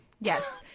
Yes